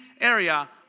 area